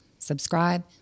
Subscribe